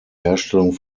herstellung